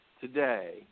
today